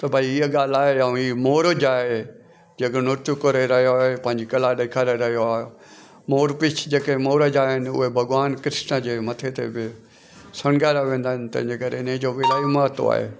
त भई इहा ॻाल्हि आहे ऐं ही मोर ज आहे जेको नृतु करे रहियो आहे पंहिंजी कला ॾेखारे रहियो आहे मोर पींछ जेके मोर जा आहिनि उहे भॻवानु कृष्ना जे मथे ते बि संगारिया वेंदा आहिनि तंहिंजे करे हिन जो बि इलाही महत्वु आहे